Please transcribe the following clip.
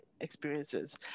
experiences